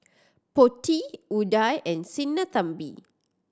Potti Udai and Sinnathamby